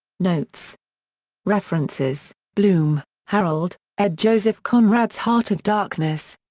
notes references bloom, harold, ed. joseph conrad's heart of darkness.